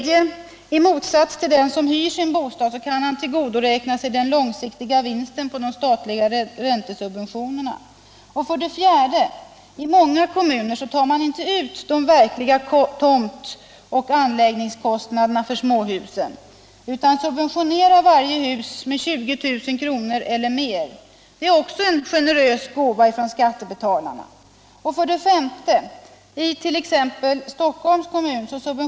I motsats till den som hyr sin bostad kan han tillgodoräkna sig den långsiktiga vinsten på de statliga räntesubventionerna. 4, I många kommuner tar man inte ut de verkliga tomt och anläggningskostnaderna för småhusen utan subventionerar varje hus med 20 000 kr. eller mer — också det en generös gåva från skattebetalarna. 6.